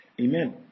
Amen